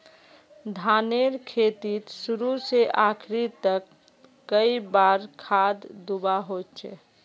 धानेर खेतीत शुरू से आखरी तक कई बार खाद दुबा होचए?